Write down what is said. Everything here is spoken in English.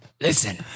Listen